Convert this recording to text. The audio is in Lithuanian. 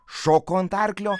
šoko ant arklio